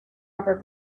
rubber